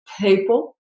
people